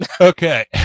Okay